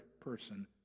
person